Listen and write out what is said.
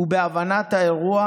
ובהבנת האירוע,